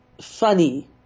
funny